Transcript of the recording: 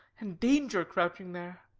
and danger crouching there